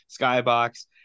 Skybox